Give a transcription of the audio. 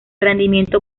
rendimiento